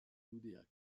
loudéac